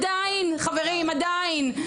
עדיין חברים עדיין.